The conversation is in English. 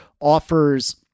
offers